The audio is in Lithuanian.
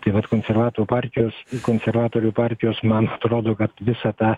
tai vat konservatorių partijos konservatorių partijos man atrodo kad visą tą